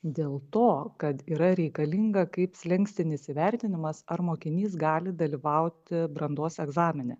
dėl to kad yra reikalinga kaip slenkstinis įvertinimas ar mokinys gali dalyvauti brandos egzamine